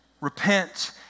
repent